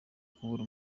kubura